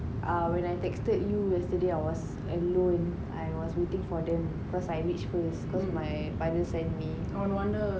err when I texted you yesterday I was alone I was waiting for them because reach first because my father sent me